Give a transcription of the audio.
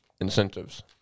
incentives